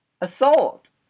Assault